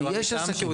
יש עסקים.